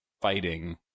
fighting